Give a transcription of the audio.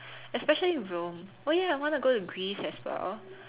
especially Rome oh yeah I want to go to Greece as well